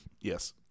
Yes